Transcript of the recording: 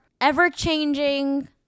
ever-changing